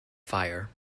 fire